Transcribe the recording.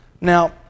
Now